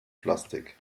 plastik